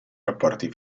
rapporti